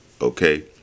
okay